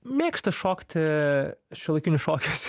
mėgsta šokti šiuolaikinius šokius